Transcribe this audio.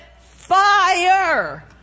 fire